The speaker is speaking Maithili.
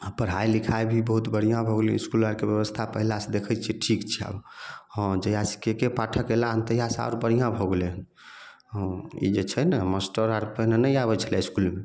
आ पढ़ाइ लिखाइ भी बहुत बढ़िआँ भऽ गेलै इसकुल आरके ब्यबस्था पहिले से देखैत छियै ठीक छै आब हँ जहिआ से के के पाठक एला हँ तहिआ से आओर बढ़िआँ भऽ गेलै हँ ई जे छै ने मास्टर आर पहिने नहि आबैत छलै इसकुल